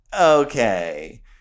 okay